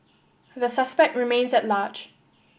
the suspect remains at large